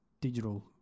digital